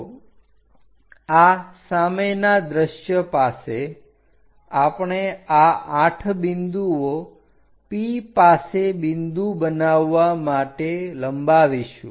તો આ સામેના દ્રશ્ય પાસે આપણે આ 8 બિંદુઓ P પાસે બિંદુ બનાવવા માટે લંબાવીશું